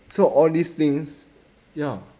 so all these things ya